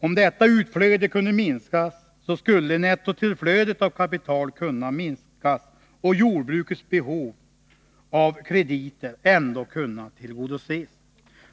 Om detta utflöde kunde minskas skulle nettotillflödet av kapital kunna minskas och jordbrukets behov av krediter ändå kunna tillgodoses.